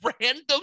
random